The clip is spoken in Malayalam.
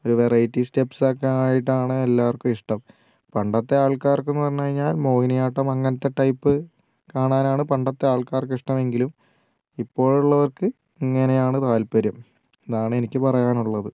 ഒരു വെറൈറ്റി സ്റ്റെപ്സ് ഒക്കെ ആയിട്ടാണ് എല്ലാവർക്കും ഇഷ്ടം പണ്ടത്തെ ആൾക്കാർക്കെന്നു പറഞ്ഞു കഴിഞ്ഞാൽ മോഹിനിയാട്ടം അങ്ങനത്തെ ടൈപ്പ് കാണാനാണ് പണ്ടത്തെ ആൾക്കാർക്ക് ഇഷ്ടമെങ്കിലും ഇപ്പോഴുള്ളവർക്ക് ഇങ്ങനെയാണ് താല്പര്യം എന്നാണ് എനിക്ക് പറയാനുള്ളത്